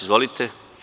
Izvolite.